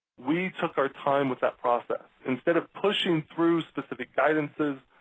we took our time with that process. instead of pushing through specific guidances,